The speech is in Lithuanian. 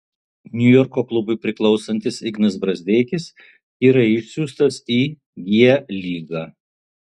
niujorko klubui priklausantis ignas brazdeikis yra išsiųstas į g lygą